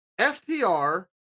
FTR